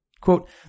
Quote